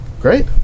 Great